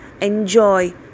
enjoy